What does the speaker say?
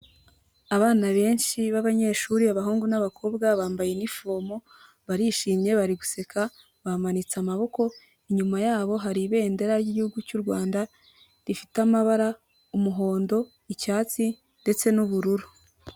Abana benshi b'abanyeshuri, abahungu n'abakobwa bambaye nifomo, barishimye, bari guseka, bamanitse amaboko, inyuma yabo hari ibendera ry'igihugu cy'u Rwanda, rifite amabara umuhondo, icyatsi ndetse n'ubururu.